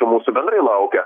mūsų bendrai laukia